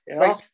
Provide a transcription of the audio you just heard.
Right